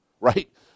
Right